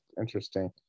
Interesting